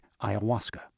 ayahuasca